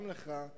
גם לך,